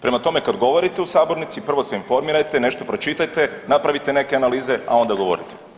Prema tome kad govorite u sabornici, prvo se informirajte, nešto pročitajte, napravite neke analize, a onda govorite.